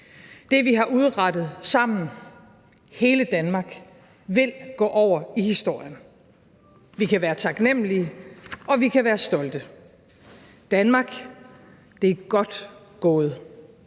Det, vi har udrettet sammen, hele Danmark, vil gå over i historien. Vi kan være taknemlige, og vi kan være stolte. Danmark, det er godt gået.